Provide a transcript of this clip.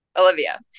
Olivia